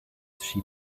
she